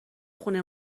خونه